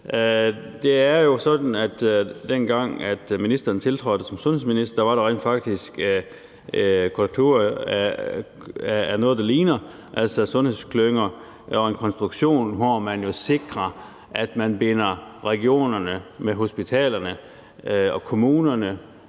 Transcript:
Det er jo sådan, at dengang ministeren tiltrådte som sundhedsminister, var der rent faktisk konturer af noget, der ligner det her, altså sundhedsklynger, med en konstruktion, hvor man sikrer, at man binder regionerne, som har hospitalerne, noget tættere